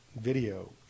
video